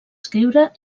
escriure